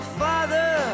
father